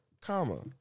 comma